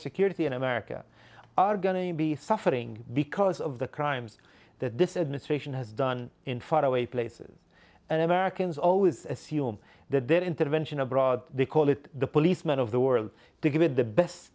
security in america are going to be suffering because of the crimes that this administration has done in faraway places and americans always assume that their intervention abroad they call it the policeman of the world to give it the best